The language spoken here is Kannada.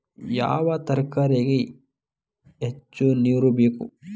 ಯಾವ ತರಕಾರಿಗೆ ಹೆಚ್ಚು ನೇರು ಬೇಕು?